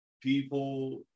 people